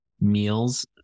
meals